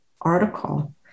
article